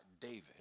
David